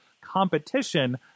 competition